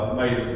made